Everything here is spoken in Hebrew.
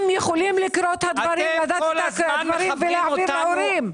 הם יכולים לקרוא את הדברים ולהביא להורים.